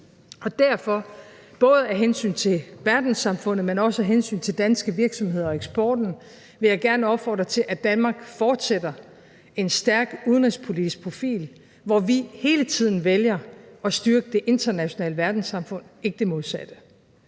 derfor, både af hensyn til verdenssamfundet, men også af hensyn til danske virksomheder og eksporten, vil jeg gerne opfordre til, at Danmark fortsætter en stærk udenrigspolitisk profil, hvor vi hele tiden vælger at styrke det internationale verdenssamfund, ikke det modsatte.